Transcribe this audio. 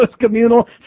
communal